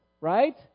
right